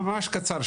ממש קצר,